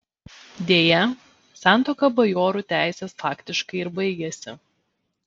deja santuoka bajorių teisės faktiškai ir baigėsi